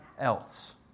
else